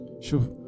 Sure